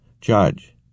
Judge